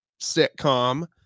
sitcom